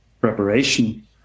preparation